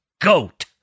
goat